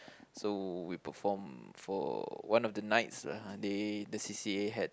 so we perform for one of the nights uh they the c_c_a had